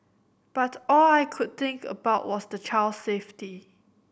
but all I could think about was the child's safety